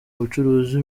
ubucuruzi